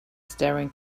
staring